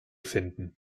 finden